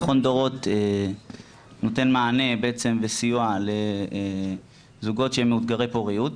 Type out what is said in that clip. מכון דורות נותן מענה וסיוע לזוגות שהם מאותגרי פוריות.